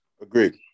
Agreed